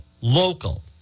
local